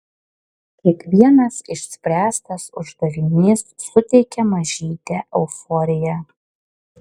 kiekvienas išspręstas uždavinys suteikia mažytę euforiją